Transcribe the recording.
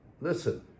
Listen